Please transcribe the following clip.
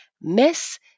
Miss